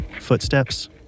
Footsteps